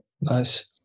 nice